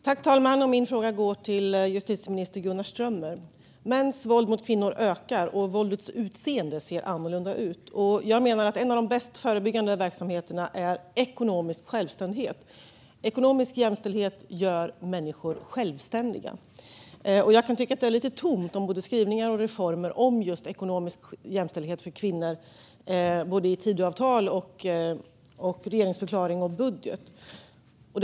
Fru talman! Min fråga går till justitieminister Gunnar Strömmer. Mäns våld mot kvinnor ökar, och våldets utseende ser annorlunda ut. Jag menar att en av de bästa förebyggande verksamheterna är ekonomisk självständighet. Ekonomisk jämställdhet gör människor självständiga. Jag kan tycka att det är lite tomt vad gäller både skrivningar och reformer om just ekonomisk jämställdhet för kvinnor såväl i Tidöavtalet och i regeringsförklaringen som i budgeten.